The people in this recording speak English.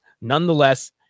nonetheless